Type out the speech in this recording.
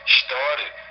started